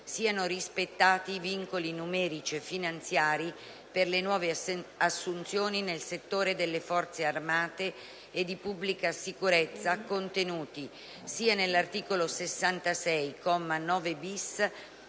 siano rispettati i vincoli numerici e finanziari per le nuove assunzioni nel settore delle Forze armate e di pubblica sicurezza contenuti sia nell'articolo 66,